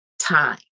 time